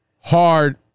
hard